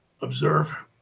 observe